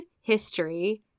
history